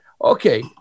Okay